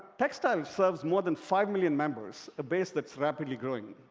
techstyle serves more than five million members, a base that's rapidly growing.